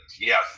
yes